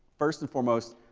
first and foremost,